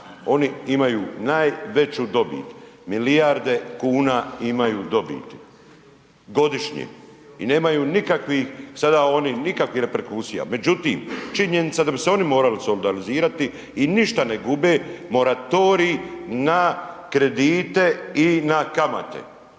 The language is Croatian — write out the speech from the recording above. Oni imaju najveću dobit. Milijarde kuna imaju dobiti godišnje i nemaju nikakvih sada oni, nikakvih reperkusija. Međutim, činjenica da bi se oni morali solidarizirati i ništa ne gube, moratorij na kredite i na kamate.